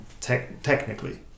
technically